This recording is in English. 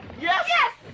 Yes